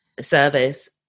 service